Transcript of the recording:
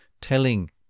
telling